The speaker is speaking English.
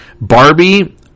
Barbie